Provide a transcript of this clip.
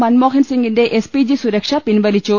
മൻമോഹൻസിംഗിന്റെ SPG സുരക്ഷ പിൻവലിച്ചു